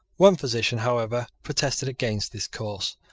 one physician, however, protested against this course,